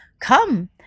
Come